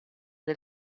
del